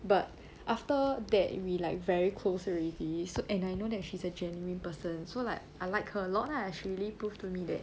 but after that we like very close already so and I know that she's a genuine person so like I like her a lot lah she really prove to me that